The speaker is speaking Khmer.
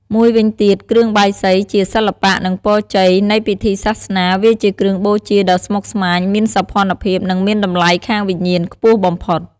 មួយវិញទៀតគ្រឿងបាយសីជា សិល្បៈ និងពរជ័យនៃពិធីសាសនាវាជាគ្រឿងបូជាដ៏ស្មុគស្មាញ មានសោភ័ណភាព និងមានតម្លៃខាងវិញ្ញាណខ្ពស់បំផុត។